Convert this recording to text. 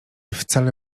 wcale